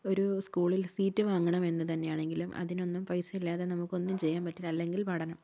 ഒരു സ്കൂളിൽ സീറ്റ് വാങ്ങണം എന്ന് തന്നെയാണെങ്കിലും അതിനൊന്നും പൈസ ഇല്ലാതെ നമുക്ക് ഒന്നും ചെയ്യാൻ പറ്റില്ല അല്ലെങ്കിൽ പഠനം